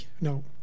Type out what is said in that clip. no